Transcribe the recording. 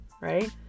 right